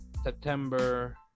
September